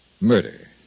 murder